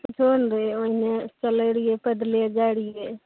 कुछो नहि रहय ओहिना चलय रहियै पैदले जाइ रहियै